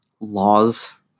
laws